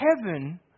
Heaven